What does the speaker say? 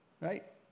right